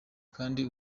kandi